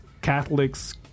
Catholics